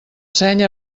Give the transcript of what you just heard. seny